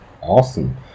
awesome